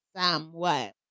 somewhat